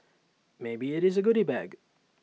maybe IT is the goody bag